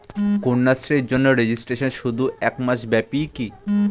কন্যাশ্রীর জন্য রেজিস্ট্রেশন শুধু এক মাস ব্যাপীই কি?